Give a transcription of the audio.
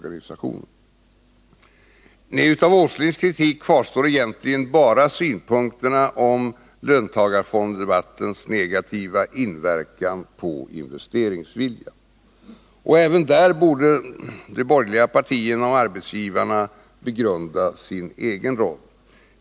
Av herr Åslings kritik kvarstår egentligen bara synpunkterna om löntagarfondsdebattens negativa inverkan på investeringsviljan. Även där borde dock de borgerliga partierna och arbetsgivarna begrunda sin egen roll.